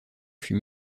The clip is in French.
fut